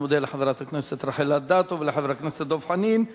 אני מודה לחברת הכנסת רחל אדטו ולחבר הכנסת דב חנין.